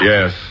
Yes